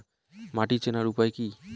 মাটি চেনার উপায় কি?